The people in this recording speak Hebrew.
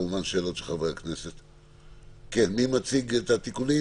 בבקשה להציג את התיקונים.